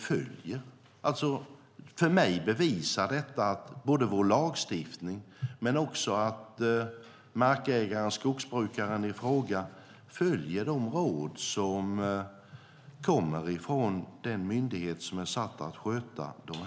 För mig bevisar det att vår lagstiftning fungerar och att markägarna följer de råd som kommer från den myndighet som är satt att sköta detta.